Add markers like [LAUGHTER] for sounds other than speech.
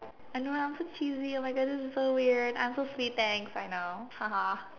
I know right I'm so cheesy oh my God this is so weird I'm so sweet thanks I know [LAUGHS]